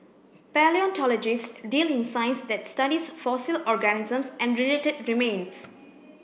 palaeontologists deal in science that studies fossil organisms and related remains